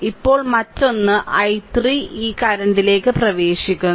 ഇപ്പോൾ മറ്റൊന്ന് i3 ഈ കറന്റിലേക്ക് പ്രവേശിക്കുന്നു